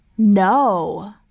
no